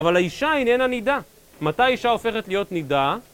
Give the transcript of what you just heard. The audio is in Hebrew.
אבל האישה איננה נידה. מתי האישה הופכת להיות נידה?